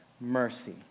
mercy